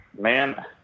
Man